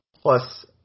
plus